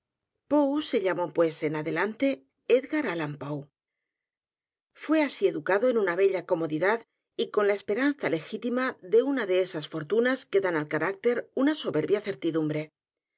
se llamó pues en adelante e d g a r alian poe f u é así educado en una bella comodidad y con la esperanza legítima de una de esas fortunas que dan al carácter una soberbia certidumbre